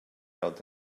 out